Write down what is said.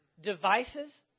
devices